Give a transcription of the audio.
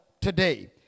today